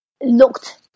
looked